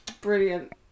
brilliant